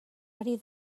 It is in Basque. ari